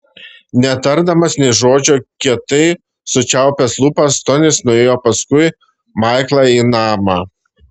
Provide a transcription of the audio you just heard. netardamas nė žodžio kietai sučiaupęs lūpas tonis nuėjo paskui maiklą į namą